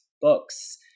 books